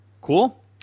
Cool